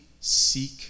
seek